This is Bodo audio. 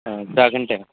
अ जागोन दे